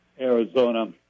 Arizona